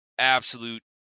absolute